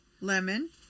Lemon